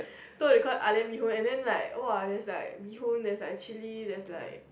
so it called ah lian bee hoon and then like !wah! there's like bee hoon there's like chilli there's like